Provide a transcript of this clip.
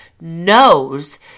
knows